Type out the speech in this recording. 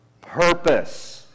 purpose